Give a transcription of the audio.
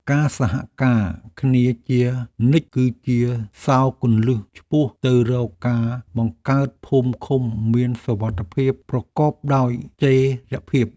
ការសហការគ្នាជានិច្ចគឺជាសោរគន្លឹះឆ្ពោះទៅរកការបង្កើតភូមិឃុំមានសុវត្ថិភាពប្រកបដោយចីរភាព។